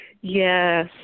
Yes